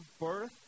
birth